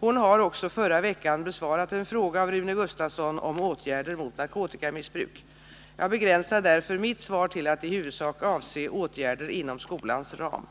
Hon har också förra veckan besvarat en fråga av Rune Gustavsson om åtgärder mot narkotikamissbruk. Jag begränsar därför mitt svar till att i huvudsak avse åtgärder inom skolans ram.